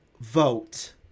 vote